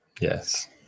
Yes